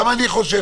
גם אני חושב ככה,